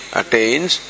attains